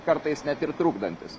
kartais net ir trukdantis